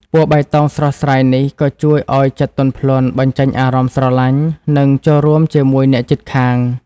ពណ៌បៃតងស្រស់ស្រាយនេះក៏ជួយឲ្យចិត្តទន់ភ្លន់ បញ្ចេញអារម្មណ៍ស្រឡាញ់ និងចូលរួមជាមួយអ្នកជិតខាង។